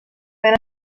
ben